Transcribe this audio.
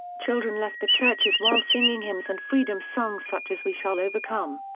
children left the churches while singing hymns and freedom songs such as we shall overcome.